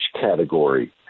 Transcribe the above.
category